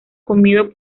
comido